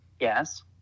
yes